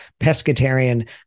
pescatarian